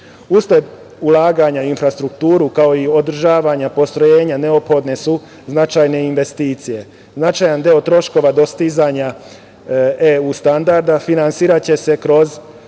EU.Usled ulaganja u infrastrukturu, kao i u održavanje postrojenja neophodne su značajne investicije. Značajan deo troškova dostizanja EU standarda će se finansirati kroz